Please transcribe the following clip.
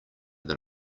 than